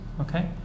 Okay